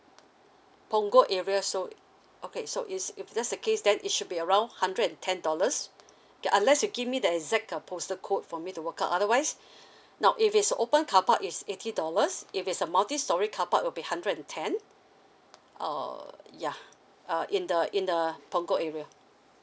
punggol area so okay so is if that's the case then it should be around hundred and ten dollars K unless you give me the exact uh postal code for me to work out otherwise now if it's open carpark is eighty dollars if it's a multi storey carpark will be hundred and ten uh ya uh in the in the punggol area